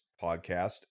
podcast